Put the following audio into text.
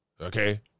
Okay